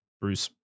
Bruce